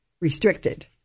restricted